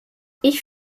ich